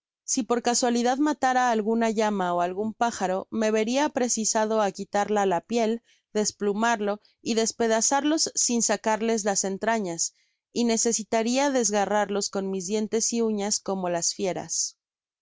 si por casualidad matara alguna llama ó algun pájaro me veria precisado á quitarla la piel desplumarlo y despedazarlos sin sacarles las entrañas ynecesitaria desgarrarlos con mis dientes y uñas como las fieras